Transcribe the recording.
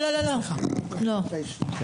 אני מבקש לומר